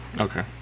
okay